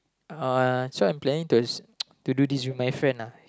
uh so I'm planning to to do this with my friend lah